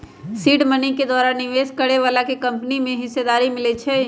seed money के द्वारा निवेश करए बलाके कंपनी में हिस्सेदारी मिलइ छइ